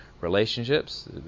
relationships